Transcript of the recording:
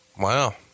Wow